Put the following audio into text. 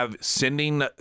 sending